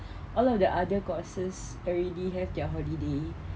all of the other courses already have their holiday and